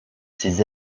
ses